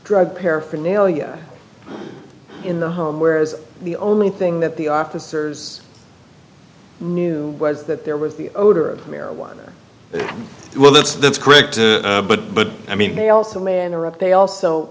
drug paraphernalia in the home whereas the only thing that the officers knew was that there was the odor of marijuana well that's that's correct but but i mean they also may interrupt they also